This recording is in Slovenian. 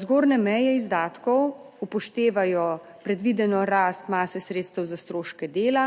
Zgornje meje izdatkov upoštevajo predvideno rast mase sredstev za stroške dela,